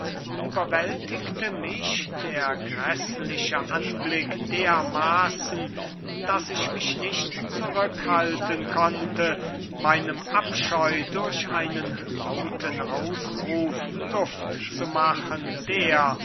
überwältigte mich der gräßliche anblick dermaßen daß ich mich nicht zurück halten konnte meinem abscheu durch einen lauten ausruf luft zu machen der